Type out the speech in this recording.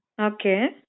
Okay